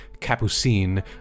Capucine